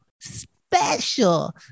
special